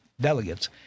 delegates